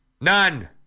None